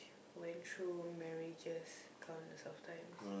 went through marriages countless of times